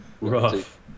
Rough